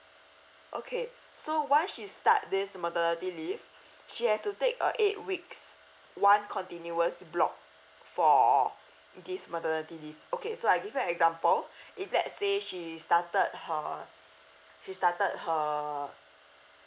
okay so once she start this maternity leave she has to take uh eight weeks one continuous block for this maternity leave okay so I give you example if let say she started her she started her